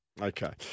Okay